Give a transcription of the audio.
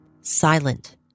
silent